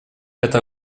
эта